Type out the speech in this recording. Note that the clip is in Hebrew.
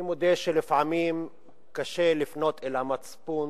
אני מודה שלפעמים קשה לפנות אל המצפון,